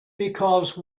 because